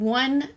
one